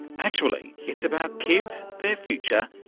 actually it's about kids, their future,